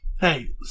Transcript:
Hey